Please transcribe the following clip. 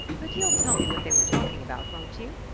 but you'll tell me what they were talking about, won't you?